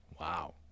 Wow